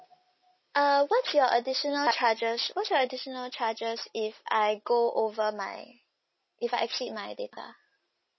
err what's your additional charges what's your additional charges if I go over my if I exceed my data